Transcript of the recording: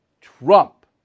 trump